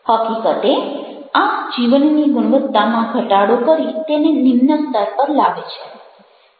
હકીકતે આ જીવનની ગુણવત્તામાં ઘટાડો કરી તેને નિમ્ન સ્તરે લાવે છે